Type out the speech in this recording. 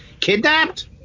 kidnapped